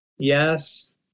Yes